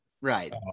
Right